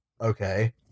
okay